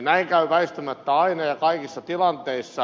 näin käy väistämättä aina ja kaikissa tilanteissa